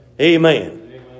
Amen